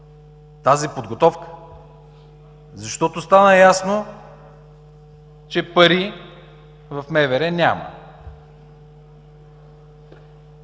тази подготовка, защото стана ясно, че пари в МВР няма?